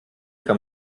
kann